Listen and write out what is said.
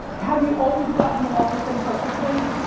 have you always gotten along with them perfectly?